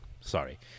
sorry